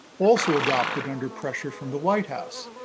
also adopted under pressure from the white house.